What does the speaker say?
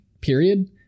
period